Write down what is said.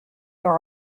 there